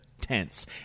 tense